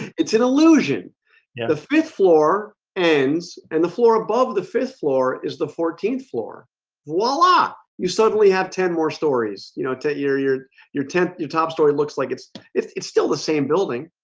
it's an illusion now yeah the fifth floor ends and the floor above the fifth floor is the fourteenth floor voila you suddenly have ten more stories, you know tenth year your your tenth your top story. looks like it's it's it's still the same building